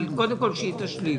אבל קודם כול שהיא תשלים.